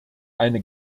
eine